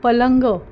पलंग